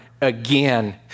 again